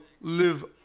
live